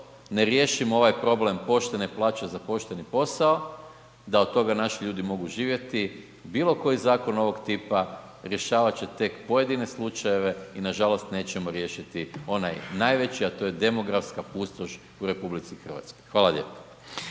ne riješimo ovaj problem poštene plaće za pošteni posao, da od toga naši ljudi mogu živjeti, bilo koji zakon ovog tipa, rješavat će tek pojedine slučajeve i nažalost nećemo riješiti onaj najveći, a to je demografska pustoš u RH. Hvala lijepo.